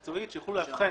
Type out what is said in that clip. אני אומר את